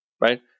right